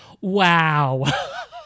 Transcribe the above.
Wow